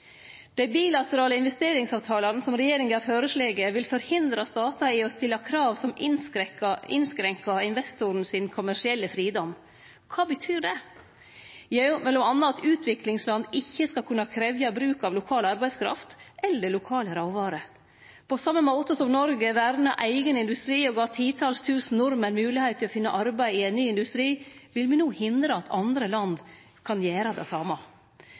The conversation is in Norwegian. Dei bilaterale investeringsavtalane som regjeringa har føreslått, vil forhindre statar i å stille krav som innskrenkar den kommersielle fridomen til investoren. Kva betyr det? Jo, det betyr m.a. at utviklingsland ikkje skal kunne krevje bruk av lokal arbeidskraft eller lokale råvarer. På same måten som Noreg verna eigen industri og gav titals tusen nordmenn moglegheit til å finne arbeid i ein ny industri, vil me no hindre at andre land kan gjere det same.